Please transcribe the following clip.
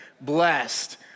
blessed